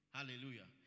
Hallelujah